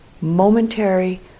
momentary